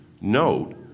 note